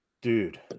dude